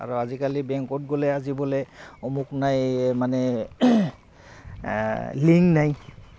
আৰু আজিকালি বেংকত গ'লে আজি বোলে অমুক নাই মানে লিংক নাই